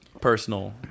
personal